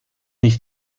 ich